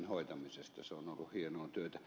se on ollut hienoa työtä